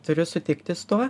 turiu sutikti su tuo